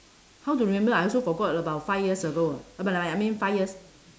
how to remember I also forgot about five years ago I mean five years